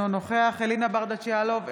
אינו נוכח אלינה ברדץ' יאלוב,